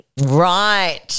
Right